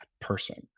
person